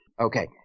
Okay